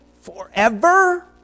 forever